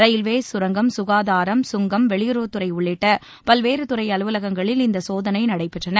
railway கரங்கம் ககாதாரம் கங்கம் வெளியுறவுத்துறை உள்ளிட்ட பல்வேறு துறை அலுவவங்களில் இந்த சோதனை நடைபெற்றது